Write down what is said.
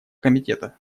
комитета